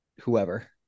whoever